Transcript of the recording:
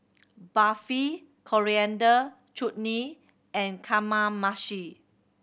Barfi Coriander Chutney and Kamameshi